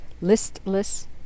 listless